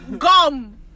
Gum